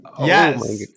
yes